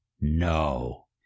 no